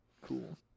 cool